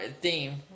theme